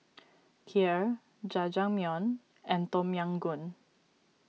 Kheer Jajangmyeon and Tom Yam Goong